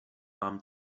mám